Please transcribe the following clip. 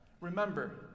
Remember